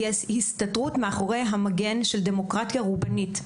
היא ההסתתרות מאחורי המגן של דמוקרטיה רובנית.